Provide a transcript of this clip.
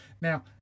now